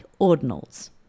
ordinals